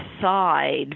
side